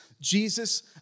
Jesus